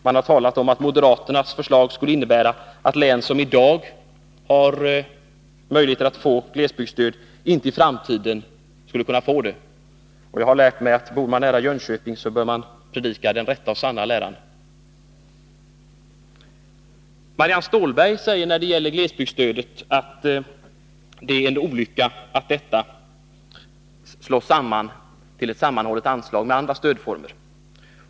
Man har talat om att moderaternas förslag skulle innebära att län, som i dag har möjligheter att få glesbygdsstöd, inte i framtiden skulle kunna få det. Jag har lärt mig att bor man nära Jönköping, så bör man predika den rätta och sanna läran. Marianne Stålberg säger att det är en olycka att glesbygdsstödet slås samman med andra stödformer till ett sammanhållet anslag.